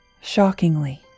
Shockingly